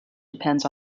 depends